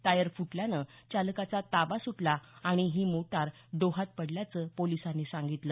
tyre फुटल्यानं चालकाचा ताबा सुटला आणि ही मोटार डोहात पडल्याचं पोलिसांनी सांगितलं